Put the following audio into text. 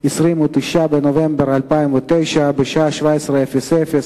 29 בנובמבר 2009, בשעה 17:00,